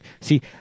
See